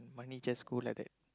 money just go like that